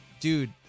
Dude